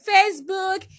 Facebook